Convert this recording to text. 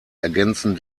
ergänzen